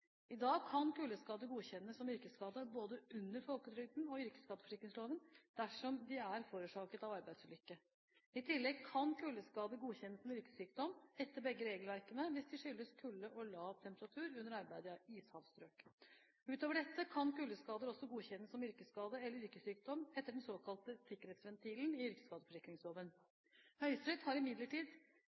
I dag kan kuldeskade godkjennes som yrkesskade både under folketrygden og yrkesskadeforsikringsloven dersom de er forårsaket av en arbeidsulykke. I tillegg kan kuldeskader godkjennes som yrkessykdom etter begge regelverkene hvis de skyldes kulde og lav temperatur under arbeid i ishavsstrøk. Utover dette kan kuldeskader godkjennes som yrkesskade eller yrkessykdom etter den såkalte sikkerhetsventilen i yrkesskadeforsikringsloven. Høyesterett kom imidlertid